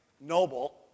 noble